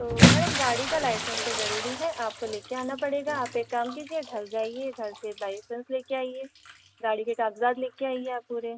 तो मेम गाड़ी का लाइसेंस तो जरूरी है आपको लेकर आना पड़ेगा आप एक काम कीजिए घर जाइए घर से लाइसेंस लेकर आइए गाड़ी के कागजात लेकर आइए आप पूरे